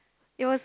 it was